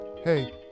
Hey